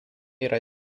yra